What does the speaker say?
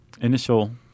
initial